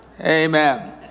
Amen